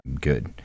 good